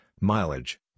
mileage